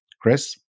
Chris